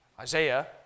Isaiah